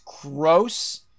gross